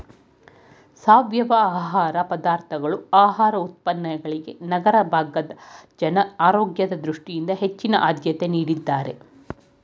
ಸಾವಯವ ಆಹಾರ ಪದಾರ್ಥಗಳು ಆಹಾರ ಉತ್ಪನ್ನಗಳಿಗೆ ನಗರ ಭಾಗದ ಜನ ಆರೋಗ್ಯದ ದೃಷ್ಟಿಯಿಂದ ಹೆಚ್ಚಿನ ಆದ್ಯತೆ ನೀಡಿದ್ದಾರೆ